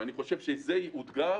אני חושב שזה יאותגר,